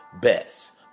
best